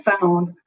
found